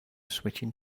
switching